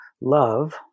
love